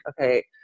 okay